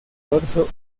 dorso